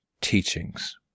teachings